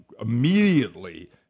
immediately